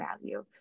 value